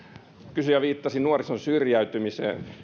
kysyjä viittasi nuorison syrjäytymiseen